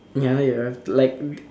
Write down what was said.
ya you have like